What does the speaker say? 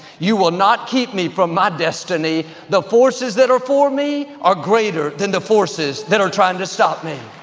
you will not keep me from my destiny. the forces that are for me are greater than the forces that are trying to stop me.